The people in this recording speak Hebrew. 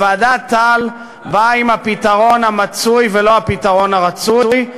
ועדת טל באה עם הפתרון המצוי ולא הפתרון הרצוי,